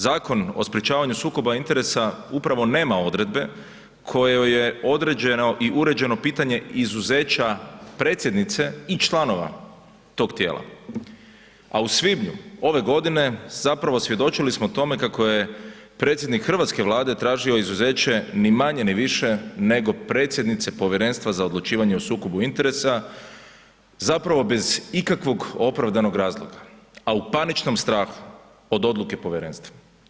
Zakon o sprečavanju sukoba interesa upravo nema odredbe kojoj je određeno i uređeno pitanje izuzeća predsjednice i članova tog tijela, a u svibnju ove godine svjedočili smo tome kako je predsjednik hrvatske Vlade tražio izuzeće ni manje ni više nego predsjednice Povjerenstva za odlučivanje o sukobu interesa bez ikakvog opravdanog razloga, a u paničnom strahu od odluke povjerenstva.